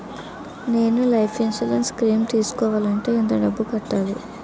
నేను life insurance scheme తీసుకోవాలంటే ఎంత డబ్బు కట్టాలి?